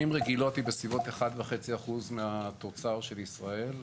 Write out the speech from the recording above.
הרגילות היא בסביבות 1.5% מהתוצר של ישראל.